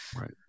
Right